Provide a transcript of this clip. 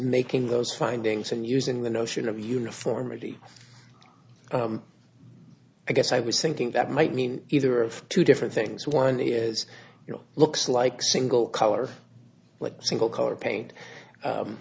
making those findings and using the notion of uniformity i guess i was thinking that might mean either of two different things one is you know looks like single color single color paint